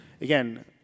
again